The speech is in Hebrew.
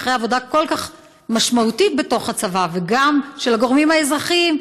אחרי עבודה כל כך משמעותית בתוך הצבא וגם של הגורמים האזרחיים,